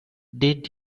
did